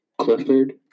Clifford